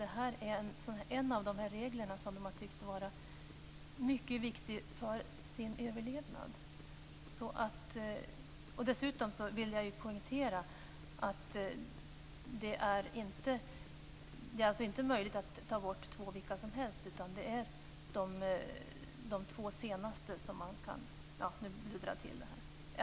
Detta är en av de regler som de har tyckt vara viktig för sin överlevnad. Dessutom vill jag poängtera att det inte är möjligt att undanta två anställda vilka som helst utan det gäller de två som senast har anställts.